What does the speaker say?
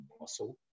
muscle